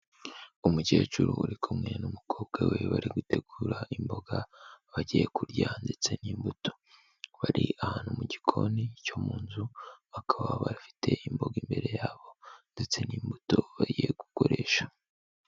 Umukecuru uri kumwe n'umukobwa we bari gutegura imboga bagiye kurya ndetse n'imbuto. Bari ahantu mu gikoni cyo mu nzu bakaba bafite imboga imbere yabo ndetse n'imbuto bagiye gukoresha.